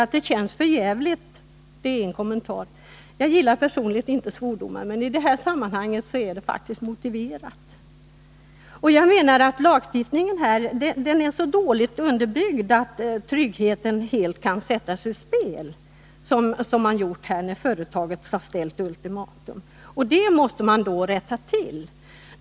”Det känns för djävligt” — det är en kommentar. Jag gillar personligen inte svordomar, men i det här sammanhanget är det faktiskt motiverat med sådana. Jag menar att lagstiftningen är så dåligt underbyggd att tryggheten helt kan sättas ur spel, som har skett här — när företaget har ställt ultimatum. Och det måste rätts till.